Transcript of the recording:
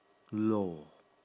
loh